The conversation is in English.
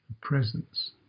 presence